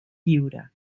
lliure